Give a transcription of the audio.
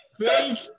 thank